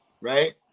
right